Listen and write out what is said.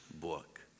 book